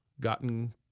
gotten